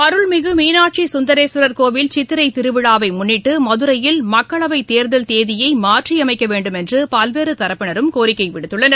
அருள்மிகு மீனாட்சி குந்தரேஸ்வரர் கோவில் சித்திரை திருவிழாவை முன்னிட்டு மதுரையில் மக்களவை தேர்தல் தேதியை மாற்றி அமைக்க வேண்டும் என்று பல்வேறு தரப்பினரும் கோரிக்கை விடுத்துள்ளனர்